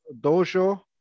dojo